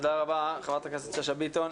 תודה רבה חברת הכנסת שאשא ביטון.